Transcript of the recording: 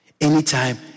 Anytime